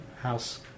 House